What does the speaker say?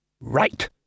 Right